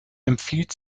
empfiehlt